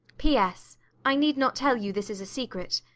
p s i need not tell you this is a secret.